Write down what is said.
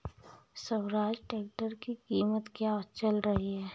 Swaraj tractor की कीमत क्या चल रही है?